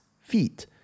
feet